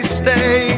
stay